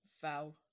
Vowel